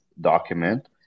document